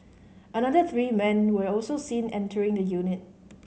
another three men were also seen entering the unit